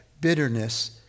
bitterness